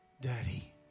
Daddy